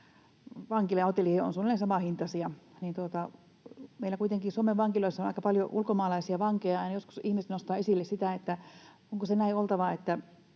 vankila ja hotelli ovat suunnilleen samanhintaisia — niin meillä kuitenkin Suomen vankiloissa on aika paljon ulkomaalaisia vankeja. Aina joskus ihmiset nostavat esille sitä, onko sen näin oltava, että